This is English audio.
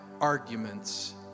arguments